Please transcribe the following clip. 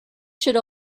should